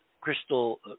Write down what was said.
crystal